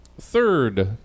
Third